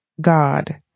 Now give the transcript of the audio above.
God